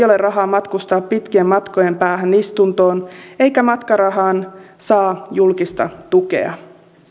ole rahaa matkustaa pitkien matkojen päähän istuntoon eikä matkarahaan saa julkista tukea